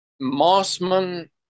Mossman